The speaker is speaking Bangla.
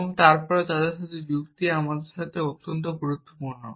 এবং তারপরে তাদের সাথে যুক্তি আমাদের জন্য অত্যন্ত গুরুত্বপূর্ণ